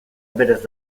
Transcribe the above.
berez